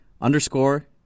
underscore